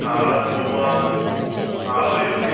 നാളെ പോകാൻ നാളെ വരുന്നത്